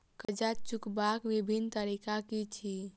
कर्जा चुकबाक बिभिन्न तरीका की अछि?